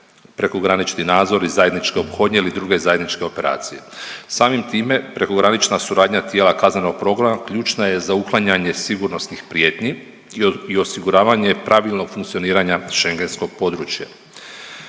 prekogranični nadzor i zajedničko ophodnje ili druge zajedničke operacije. Samim time, prekogranična suradnja tijela kaznenog progona ključna je za uklanjanje sigurnosnih prijetnji i osiguravanje pravilnog funkcioniranja šengenskog područja.